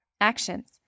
Actions